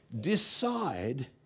decide